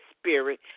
spirit